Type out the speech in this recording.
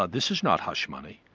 ah this is not hush money.